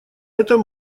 этом